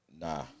nah